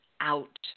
out